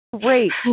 great